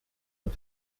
het